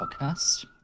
podcast